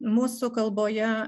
mūsų kalboje